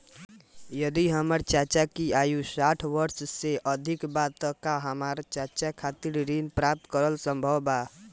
यदि हमर चाचा की आयु साठ वर्ष से अधिक बा त का हमर चाचा खातिर ऋण प्राप्त करल संभव बा